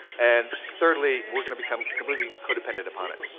and thirdly, we're going to become completely codependent upon it.